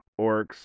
orcs